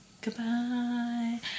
Goodbye